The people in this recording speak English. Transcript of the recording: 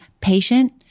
patient